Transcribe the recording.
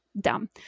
dumb